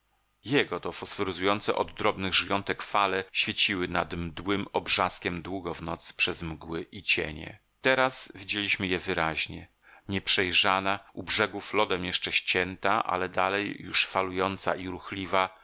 jego to fosforyzujące od drobnych żyjątek fale świeciły nad mdłym obrzaskiem długo w noc przez mgły i cienie teraz widzieliśmy je wyraźnie nieprzejrzana u brzegów lodem jeszcze ścięta ale dalej już falująca i ruchliwa